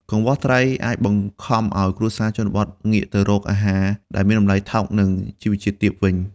កង្វះត្រី អាចបង្ខំឱ្យគ្រួសារជនបទងាកទៅរកអាហារដែលមានតម្លៃថោក និងជីវជាតិទាបវិញ។